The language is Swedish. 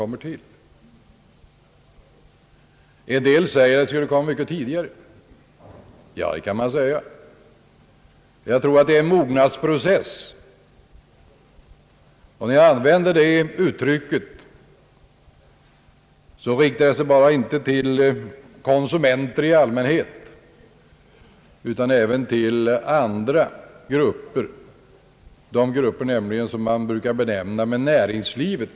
Somliga säger att den skulle ha kommit mycket tidigare. Det kan man säga. Jag tror att det är fråga om en mognadsprocess, och när jag använder det uttrycket så riktar det sig inte bara till konsumenter i allmänhet utan även till andra grupper, nämligen de grupper som man brukar benämna med »näringslivet».